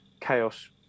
chaos